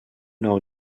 nou